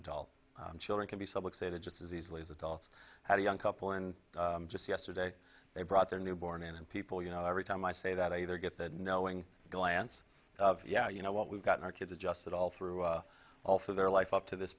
adult children can be so excited just as easily as adults how do young couple and just yesterday they brought their newborn in and people you know every time i say that a their get that knowing glance yeah you know what we've gotten our kids adjusted all through all through their life up to this